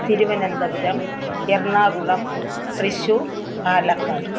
Thiruvananthapuram Ernakulam Thrissur Palakkad